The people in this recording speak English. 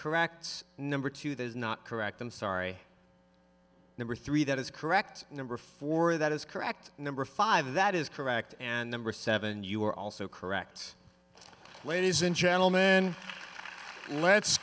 correct number two there is not correct i'm sorry number three that is correct number four that is correct number five that is correct and number seven you are also correct ladies and gentlemen let's